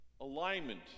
Alignment